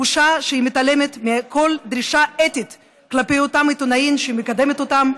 בושה שהיא מתעלמת מכל דרישה אתית כלפי אותם עיתונאים שהיא מקדמת אותם,